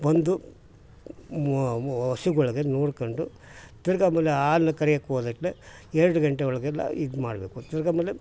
ಒಂದು ಮ ಹಸುಗಳ್ಗೆ ನೋಡ್ಕೊಂಡು ತಿರ್ಗಿ ಆಮೇಲೆ ಹಾಲ್ ಕರಿಯೋಕ್ ಹೋದಟ್ಲೆ ಎರಡು ಗಂಟೆ ಒಳಗೆಲ್ಲ ಇದು ಮಾಡಬೇಕು ತಿರ್ಗಿ ಆಮೇಲೆ